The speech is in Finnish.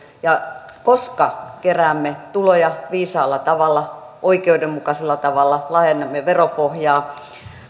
koska keräämme tuloja viisaalla tavalla oikeudenmukaisella tavalla laajennamme veropohjaa